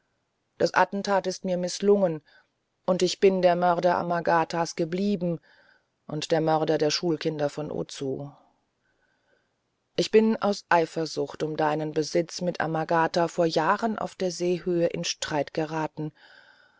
das attentat ist mir mißlungen und ich bin der mörder amagatas geblieben und der mörder der schulkinder von ozu ich bin aus eifersucht um deinen besitz mit amagata vor jahren auf der seehöhe in streit geraten